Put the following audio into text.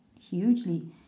hugely